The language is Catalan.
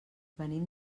venim